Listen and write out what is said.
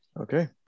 Okay